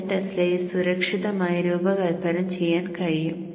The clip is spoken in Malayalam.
5 ടെസ്ലയിൽ സുരക്ഷിതമായി രൂപകൽപ്പന ചെയ്യാൻ കഴിയും